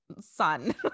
son